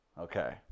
Okay